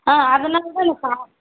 ஆ அதுன்னால் கூட நான் பா